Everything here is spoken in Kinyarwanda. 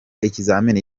ikizamini